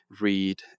read